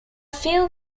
few